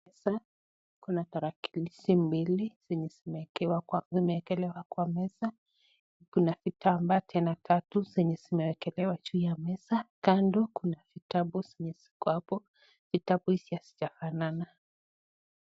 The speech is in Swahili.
Hapa kuna tarakilishi mbili zenye zimewekelewa kwa meza, kuna vitambaa tena tatu zenye zimewekelewa juu ya meza ,kando kuna vitabu zenye ziko hapo, vitabu hizi hazijafanana